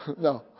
No